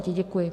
Děkuji.